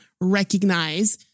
recognize